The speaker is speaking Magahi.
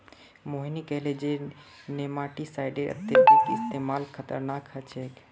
मोहिनी कहले जे नेमाटीसाइडेर अत्यधिक इस्तमाल खतरनाक ह छेक